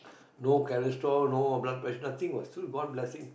no cholesterol no blood pressure nothing what still god's blessing